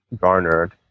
garnered